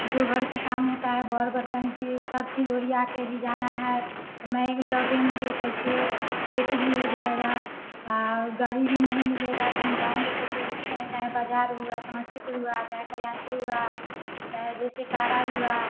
जो घर का काम होता है बौर बर्तन जे सब चीज ओरिया के भी जाना है तो मैं लौटेंगे कैसे लेट भी हो जाएगा और गाड़ी भी नहीं मिलेगा तो हम जाएँगे कैसे जिसने चाहे बाजार हुआ समस्तिपुर हुआ चाहे कल्याणपुर हुआ चाहे जैसे टारा हुआ